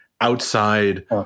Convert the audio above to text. outside